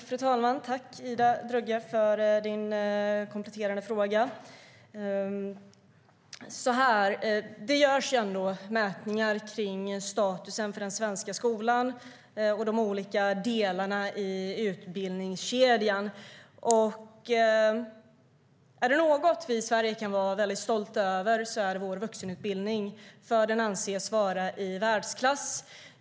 Fru talman! Tack, Ida Drougge, för din kompletterande fråga. Det görs ändå mätningar av statusen för den svenska skolan och de olika delarna i utbildningskedjan. Är det något vi i Sverige kan vara väldigt stolta över så är det vår vuxenutbildning. Den anses vara i världsklass.